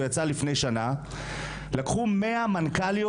הוא יצא לפני שנה; לקחו 100 מנכ"ליות